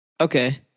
Okay